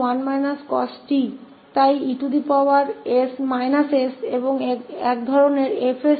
अबके लाप्लास प्रतिलोम पर पहुंचना e s इस 1ss21के साथ